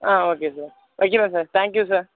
okay sir வைக்கிறேன் sir thank you sir